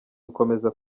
gukomeza